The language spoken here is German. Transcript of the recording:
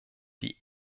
die